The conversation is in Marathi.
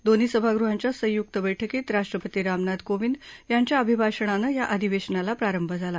दोन्ही सभागृहांच्या संयुक्त बैठकीत राष्ट्रपती रामनाथ कोविंद यांच्या अभिभाषणानं या अधिवेशनाला प्रारंभ झाला